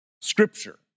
Scripture